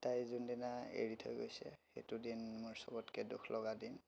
তাই যোনদিনা এৰি থৈ গৈছে সেইটো দিন মোৰ চবতকে দুখ লগা দিন